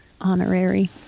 honorary